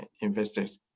investors